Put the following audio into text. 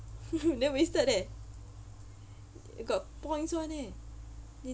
then wasted eh got points [one] eh